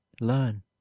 learn